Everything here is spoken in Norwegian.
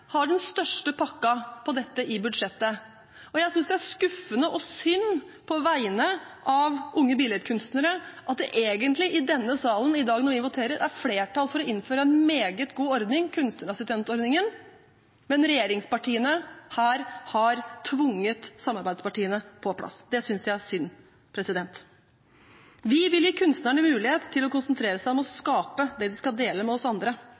har den største pakken på dette i budsjettet. Og jeg synes det er skuffende og synd på vegne av unge billedkunstnere at det i denne salen når vi voterer i dag, egentlig er flertall for å innføre en meget god ordning, kunstnerassistentordningen, men regjeringspartiene har her tvunget samarbeidspartiene på plass. Det synes jeg er synd. Vi vil gi kunstnerne mulighet til å konsentrere seg om å skape det de skal dele med oss andre.